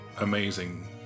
amazing